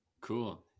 Cool